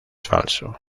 falso